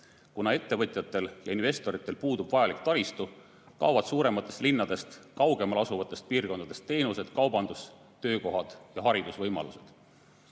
Kuna ettevõtjatel ja investoritel puudub vajalik taristu, kaovad suurematest linnadest kaugemal asuvatest piirkondadest teenused, kaubandus, töökohad ja haridusvõimalused. Eesti